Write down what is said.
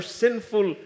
sinful